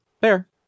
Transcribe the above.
fair